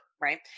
Right